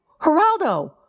Geraldo